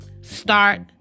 Start